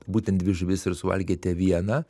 būtent dvi žuvis ir suvalgėte vieną